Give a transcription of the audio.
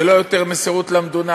ולא יותר מסירות למדינה,